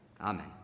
Amen